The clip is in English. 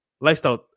lifestyle